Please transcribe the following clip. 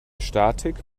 statik